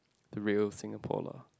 the real Singapore lah